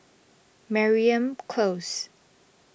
Mariam Close